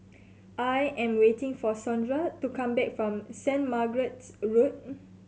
I am waiting for Sondra to come back from Saint Margaret's Road